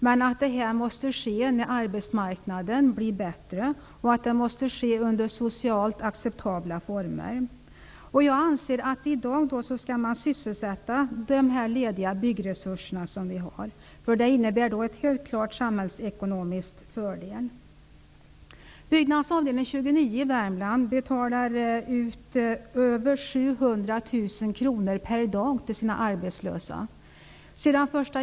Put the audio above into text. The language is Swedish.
Men det måste ske när arbetsmarknaden blir bättre. Det måste ske under socialt acceptabla former. Jag anser att vi i dag skall sysselsätta de lediga byggresurser som vi har. Det innebär en samhällsekonomisk fördel.